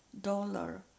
dollar